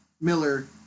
Miller